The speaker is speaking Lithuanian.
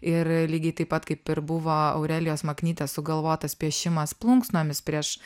ir lygiai taip pat kaip ir buvo aurelijos maknytės sugalvotas piešimas plunksnomis prieš